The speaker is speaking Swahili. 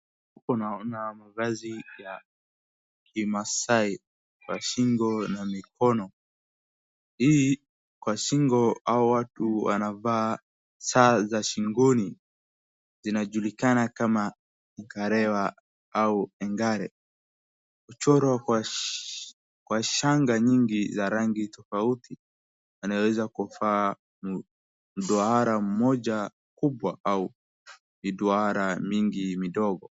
Huku naona mavazi ya kimasai kwa shingo na mikono, hii kwa shingo hawa watu wanavaa saa za shingoni zinajulikana kama nkarewa au angare. Huchorwa kwa shanga nyingi za rangi tofauti anaweza kuvaa idwara moja kubwa au idwara mingi ndogo.